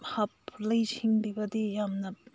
ꯂꯩꯁꯤꯟꯕꯤꯕꯗꯤ ꯌꯥꯝꯅ